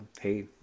Hey